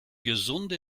gesunde